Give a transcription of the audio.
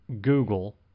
google